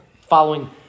following